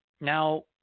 now